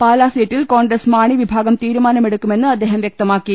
പാല സീറ്റിൽ കോൺഗ്രസ് മാണി വിഭാഗം തീരു മാനമെടുക്കുമെന്ന് അദ്ദേഹം വൃക്തമാക്കി